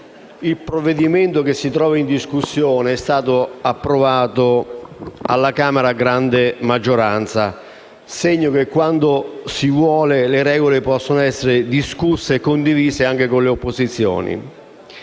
il provvedimento in esame è stato approvato alla Camera dei deputati a grande maggioranza, segno che, quando si vuole, le regole possono essere discusse e condivise anche con le opposizioni.